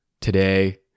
today